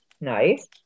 Nice